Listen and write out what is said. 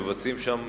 מבצעים שם